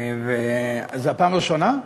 זו הפעם הראשונה?